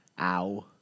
ow